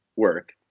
work